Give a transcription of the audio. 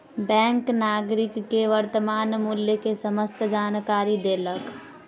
bank नागरिक के वर्त्तमान मूल्य के समस्त जानकारी देलक